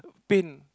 pain